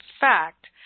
fact